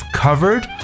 covered